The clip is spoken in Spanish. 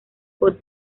por